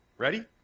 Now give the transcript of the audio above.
Ready